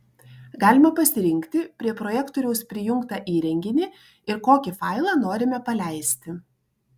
galima pasirinkti prie projektoriaus prijungtą įrenginį ir kokį failą norime paleisti